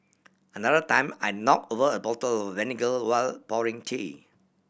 another time I knock over a bottle vinegar while pouring tea